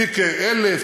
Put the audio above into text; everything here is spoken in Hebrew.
תיק 1000,